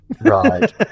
Right